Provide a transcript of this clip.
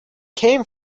came